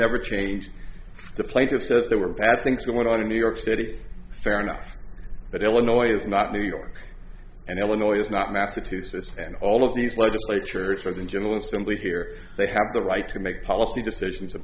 never changed the plaintiffs says they were bad things going on in new york city fair enough but illinois is not new york and illinois is not massachusetts and all of these legislatures for the general assembly here they have the right to make policy decisions